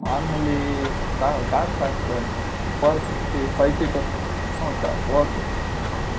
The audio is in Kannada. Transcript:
ಮಾಮೂಲಿ ಕಾರ್ ಸಾಕು ಸರ್ ಫೋರ್ ಫಿಫ್ಟಿ ಫೈ ಫಿಟು ಹ್ಞೂ ಸಾಕು ಓಕೆ ಸರ್ ಹ್ಞೂ